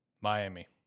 Miami